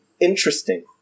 interesting